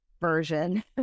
version